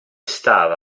stava